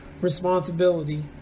responsibility